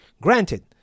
Granted